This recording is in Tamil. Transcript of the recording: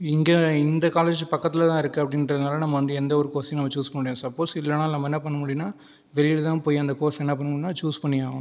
இங்கே இந்த காலேஜ் பக்கத்தில் தான் இருக்குது அப்டின்றதுனாலலாம் நம்ம வந்து எந்த ஒரு கோர்ஸையும் நம்ம சூஸ் பண்ணிவிட முடியாது சப்போஸ் இல்லைனாலும் நம்ம என்ன பண்ண முடியும்னா வெளியிலதான் போய் அந்த கோர்ஸ் என்ன பண்ணணும்னா சூஸ் பண்ணியாகணும்